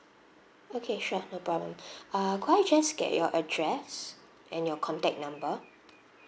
okay sure no problem err could I just get your address and your contact number